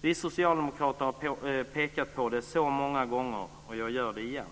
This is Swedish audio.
Vi socialdemokrater har pekat på detta så många gånger, och jag gör det igen.